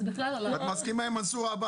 אז בכלל --- את מסכימה עם מנסור עבאס,